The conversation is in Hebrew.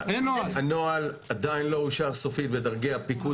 הנוהל עדיין לא אושר סופית בדרגי הפיקוד.